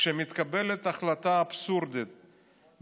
כשמתקבלת החלטה אבסורדית,